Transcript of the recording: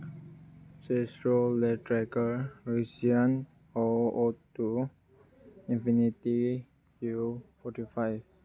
Castrol ꯂꯦ tracker Russian ꯑꯣ ꯇꯨ ꯑꯦꯕꯤꯅꯤꯇꯤ ꯌꯨ ꯐꯣꯔꯇꯤ ꯐꯥꯏꯚ